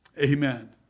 Amen